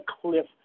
cliff